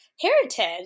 heritage